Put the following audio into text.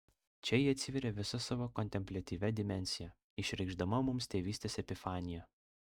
čia ji atsiveria visa savo kontempliatyvia dimensija išreikšdama mums tėvystės epifaniją